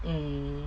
mm